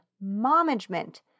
management